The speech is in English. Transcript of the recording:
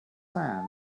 sand